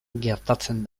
gertatzen